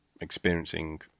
experiencing